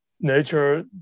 Nature